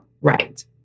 Right